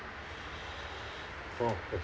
oh